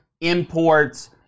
Imports